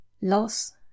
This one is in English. Loss